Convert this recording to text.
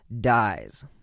dies